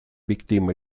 biktima